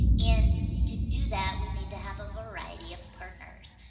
and to do that, we need to have a variety of partners.